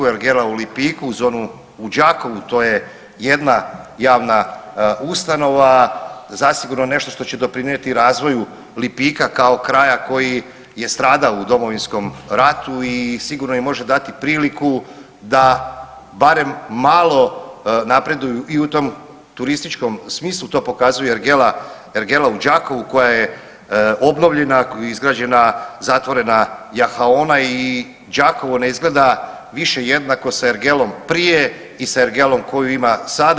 Ergela u Lipiku uz onu u Đakovu to je jedna javna ustanova zasigurno nešto što će doprinijeti razvoju Lipika kao kraja koji je stradao u Domovinskom ratu i sigurno im može dati priliku da barem malo napreduju i u tom turističkom smislu to pokazuje ergela u Đakovu koja je obnovljena, izgrađena zatvorena jahaona i Đakovo ne izgleda više jednako sa ergelom prije i sa ergelom koju ima sada.